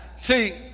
See